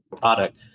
product